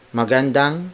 magandang